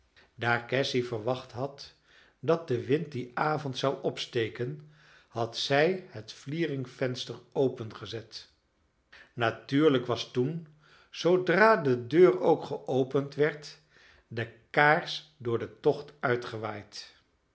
daar cassy verwacht had dat de wind dien avond zou opsteken had zij het vlieringvenster opengezet natuurlijk was toen zoodra de deur ook geopend werd de kaars door den tocht uitgewaaid